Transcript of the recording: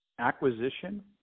Acquisition